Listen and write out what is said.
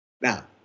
Now